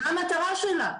מה המטרה שלה.